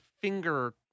finger